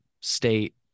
state